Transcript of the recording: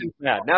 Now